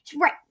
Right